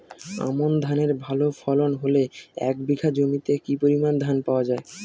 আমন ধানের ভালো ফলন হলে এক বিঘা জমিতে কি পরিমান ধান পাওয়া যায়?